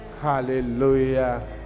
Hallelujah